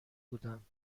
بودند